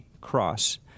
Cross